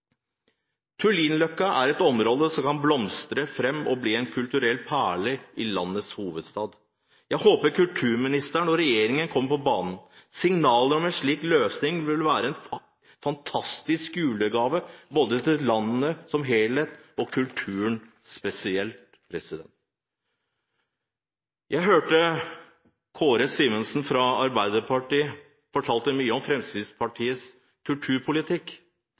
er et område som kan blomstre frem og bli en kulturell perle i landets hovedstad. Jeg håper kulturministeren og regjeringen kommer på banen. Signaler om en slik løsning vil være en fantastisk julegave både til landet som helhet og til kulturen spesielt. Jeg hørte at Kåre Simensen fra Arbeiderpartiet fortalte mye om Fremskrittspartiets kulturpolitikk.